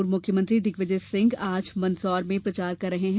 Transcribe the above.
पूर्व मुख्यमंत्री दिग्विजय सिंह आज मंदसौर में प्रचार कर रहे हैं